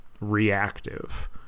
reactive